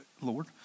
Lord